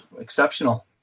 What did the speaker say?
exceptional